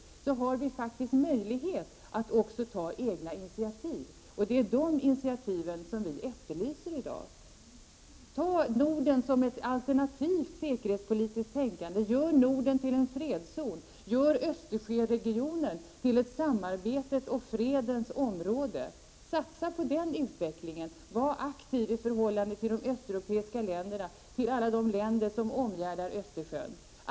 Därför har vi faktiskt möjlighet att också ta egna initiativ. Det är dessa initiativ som i dag efterlyses. Ta fasta på Norden när det gäller ett alternativt säkerhetspolitiskt tänkande! Gör Norden till en fredszon! Gör Östersjöregionen till ett samarbetets och fredens område! Satsa alltså på den utvecklingen! Var aktiv i förhållande till de östeuropeiska länderna, ja, till alla länder som omgärdar Östersjön!